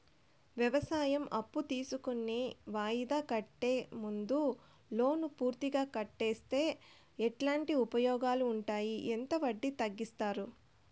వ్యవసాయం అప్పు తీసుకొని వాయిదా కంటే ముందే లోను పూర్తిగా కట్టేస్తే ఎట్లాంటి ఉపయోగాలు ఉండాయి? ఎంత వడ్డీ తగ్గిస్తారు?